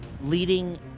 leading